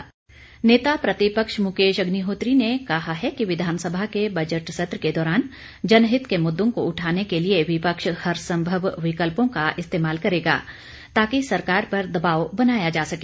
मुकेश अग्निहोत्री नेता प्रतिपक्ष मुकेश अग्निहोत्री ने कहा है कि विधानसभा के बजट सत्र के दौरान जनहित के मुद्दों को उठाने के लिए विपक्ष हरसंभव विकल्पों का इस्तेमाल करेगा ताकि सरकार पर दबाव बनाया जा सके